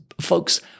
folks